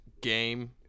game